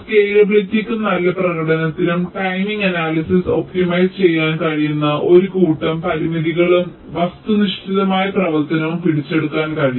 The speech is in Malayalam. സ്കേലബിളിറ്റിക്കും നല്ല പ്രകടനത്തിനും ടൈമിംഗ് അനാലിസിസ് ഒപ്റ്റിമൈസ് ചെയ്യാൻ കഴിയുന്ന ഒരു കൂട്ടം പരിമിതികളും വസ്തുനിഷ്ഠമായ പ്രവർത്തനവും പിടിച്ചെടുക്കാൻ കഴിയും